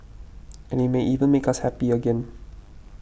and it may even make us happy again